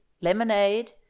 lemonade